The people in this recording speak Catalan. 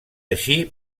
així